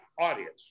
audience